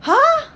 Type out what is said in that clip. !huh!